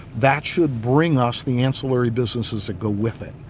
that should bring us the ancillary businesses that go with it.